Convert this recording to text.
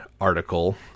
article